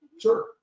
Sure